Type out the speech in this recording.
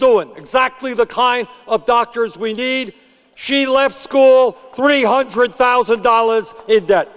doing exactly the kind of doctors we need she left school three hundred thousand dollars i